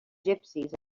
gypsies